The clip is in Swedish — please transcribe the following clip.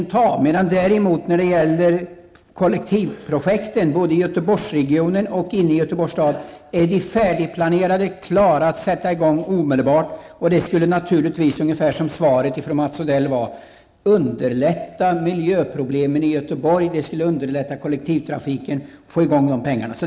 När det däremot gäller kollektivprojekten, både i Göteborgsregionen och inne i Göteborgs stad, är det färdigplanerat och klart att sättas i gång omedelbart. Det skulle naturligtvis, som det framhölls i Mats Odells svar, underlätta beträffande miljöproblemen och kollektivtrafiken i Göteborg, om man fick pengarna.